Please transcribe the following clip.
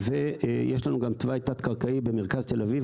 ויש לנו גם תוואי תת-קרקעי במרכז תל אביב,